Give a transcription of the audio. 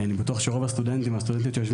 אני בטוח שרוב הסטודנטים והסטודנטיות שיושבים